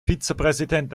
vizepräsident